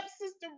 Sister